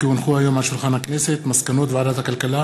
כי הונחו היום על שולחן הכנסת מסקנות ועדת הכלכלה